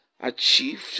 achieved